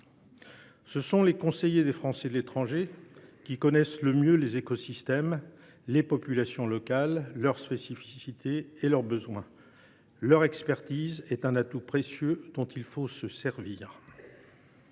effet les conseillers des Français de l’étranger qui connaissent le mieux les écosystèmes, les populations locales, leurs spécificités et leurs besoins ; leur expertise est un atout précieux, dont il faut se servir.